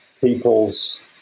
people's